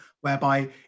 whereby